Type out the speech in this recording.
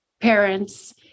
parents